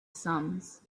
sums